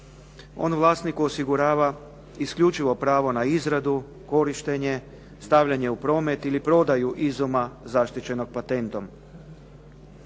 On vlasniku osigurava isključivo pravo na izradu, korištenje, stavljanje u promet ili prodaju izuma zaštićenog patentom.